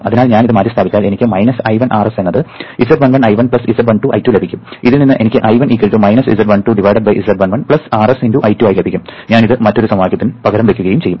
അതിനാൽ ഞാൻ ഇത് മാറ്റിസ്ഥാപിച്ചാൽ എനിക്ക് I1 Rs എന്നത് z11 I1 z12 I2 ലഭിക്കും ഇതിൽ നിന്ന് എനിക്ക് I1 z12 z11 Rs × I2 ആയി ലഭിക്കും ഞാൻ ഇത് മറ്റൊരു സമവാക്യത്തിൽ പകരം വയ്ക്കുകയും ചെയ്യും